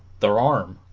their arm